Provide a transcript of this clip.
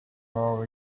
more